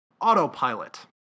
Autopilot